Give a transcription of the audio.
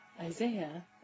Isaiah